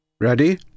Ready